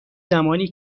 زمانی